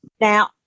Now